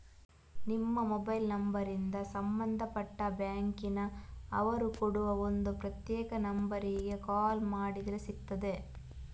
ನಿಮ್ಮ ಮೊಬೈಲ್ ನಂಬರಿಂದ ಸಂಬಂಧಪಟ್ಟ ಬ್ಯಾಂಕಿನ ಅವರು ಕೊಡುವ ಒಂದು ಪ್ರತ್ಯೇಕ ನಂಬರಿಗೆ ಕಾಲ್ ಮಾಡಿದ್ರೆ ಸಿಗ್ತದೆ